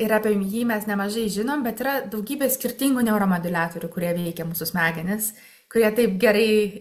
ir apie jį mes nemažai žinom bet yra daugybė skirtingų neuromoduliatorių kurie veikia mūsų smegenis kurie taip gerai